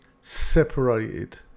separated